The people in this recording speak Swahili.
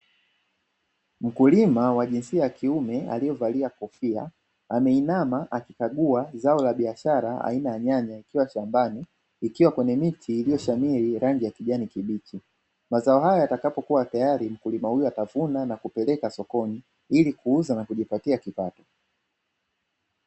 Mkulima wa jinsia ya kiume aliyevalia kofia, ameinama akikagua zao la biashara aina la nyanya likiwa shambani, ikiwa kwenye miti iliyoshamiri yenye rangi ya kijani kibichi. Mazao haya yatakapokuwa tayari yanaweza yakavunwa nakupelekwa sokoni ili kuuzwa na kujipatia kipato.